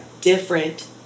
different